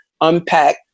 unpack